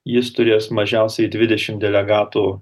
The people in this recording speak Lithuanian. jis turės mažiausiai dvidešimt delegatų